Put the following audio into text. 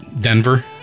Denver